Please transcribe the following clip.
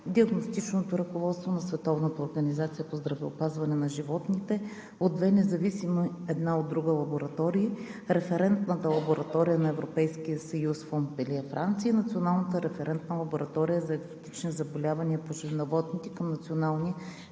Диагностичното ръководство на Световната организация по здравеопазване на животните от две независими една от друга лаборатории: Референтната лаборатория на Европейския съюз в Монпелие, Франция и Националната референтна лаборатория за екзотични заболявания по животните към Националния